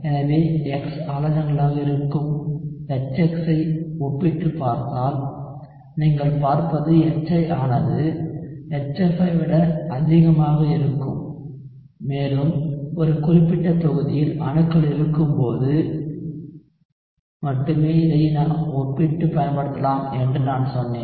எனவே X ஹாலஜன்களாக இருக்கும் HX ஐ ஒப்பிட்டுப் பார்த்தால் நீங்கள் பார்ப்பது HI ஆனது HF ஐ விட அதிகமாக இருக்கும் மேலும் ஒரு குறிப்பிட்ட தொகுதியில் அணுக்கள் இருக்கும்போது மட்டுமே இதை நாம் ஒப்பிட்டுப் பயன்படுத்தலாம் என்று நான் சொன்னேன்